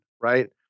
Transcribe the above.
right